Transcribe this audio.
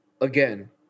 again